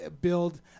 build